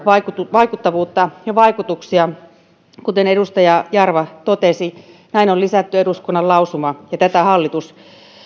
vaikuttavuutta ja vaikutuksia kuten edustaja jarva totesi sellainen eduskunnan lausuma on lisätty ja tätä hallitus